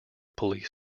police